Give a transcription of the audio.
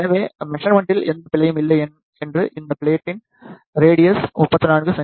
எனவே மெசர்மன்டில் எந்த பிழையும் இல்லை என்று இந்த பிளேட்டின் ரேடியஸ் 34 செ